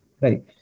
right